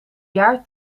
jaar